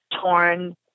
torn